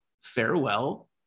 farewell